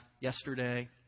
yesterday